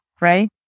right